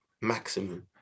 maximum